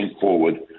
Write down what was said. forward